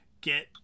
get